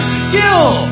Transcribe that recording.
skill